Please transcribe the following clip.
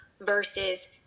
versus